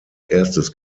erstes